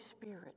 Spirit